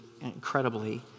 incredibly